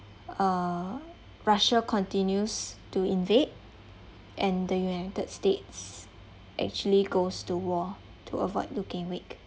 uh russia continues to invade and the united states actually goes to war to avoid looking weak